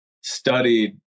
studied